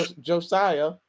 Josiah